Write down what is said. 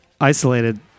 isolated